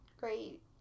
Great